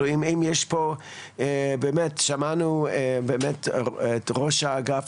אם יש פה באמת, שמענו את ראש האגף